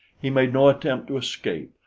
he made no attempt to escape,